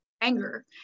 anger